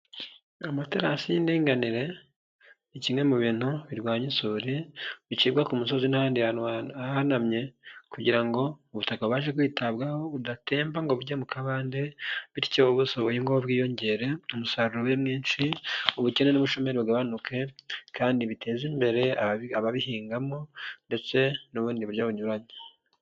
Amaterasi y'indinganire ni kimwe mu bintu birwanya isuri bicibwa ku musozi n'ahandi hantu hahanamye kugira ngo ubutaka bubashe kwitabwaho budatemba ngo bujye mu kabande bityo ubuso buhingwaho bwiyongere, umusaruro ube mwinshi, ubukene n'ubushomeri bigabanuke kandi biteze imbere ababihingamo ndetse n'ubundi buryo bunyuranye.